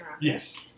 Yes